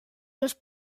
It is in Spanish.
los